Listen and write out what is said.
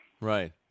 Right